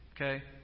Okay